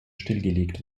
stillgelegt